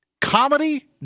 Comedy